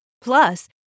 Plus